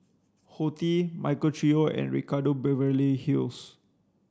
Horti Michael Trio and Ricardo Beverly Hills